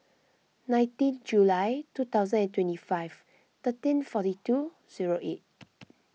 nineteen July two thousand and twenty five thirteen forty two zero eight